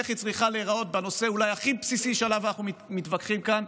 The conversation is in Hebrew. איך היא צריכה להיראות בנושא אולי הכי בסיסי שעליו אנחנו מתווכחים כאן,